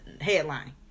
headline